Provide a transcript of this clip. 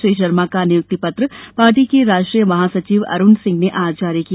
श्री शर्मा का नियुक्ति पत्र पार्टी के राष्ट्रीय महासचिव अरुण सिंह ने आज जारी किया